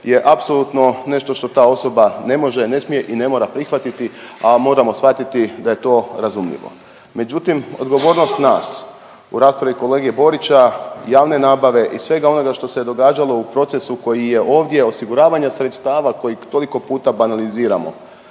je apsolutno nešto što ta osoba ne može, ne smije i ne mora prihvatiti, a moramo shvatiti da je to razumljivo. Međutim, odgovornost nas u raspravi kolege Borića javne nabave i svega onoga što se događalo u procesu koji je ovdje, osiguravanja sredstava koji toliko puta banaliziramo